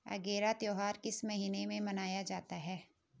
अगेरा त्योहार किस महीने में मनाया जाता है?